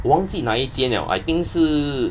忘记哪一间 liao I think 是